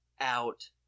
out